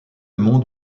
monde